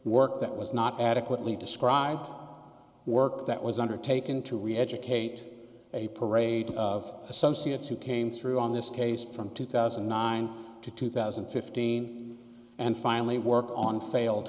work that was not adequately describe work that was undertaken to reeducate a parade of associates who came through on this case from two thousand and nine to two thousand and fifteen and finally work on failed